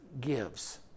gives